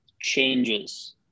changes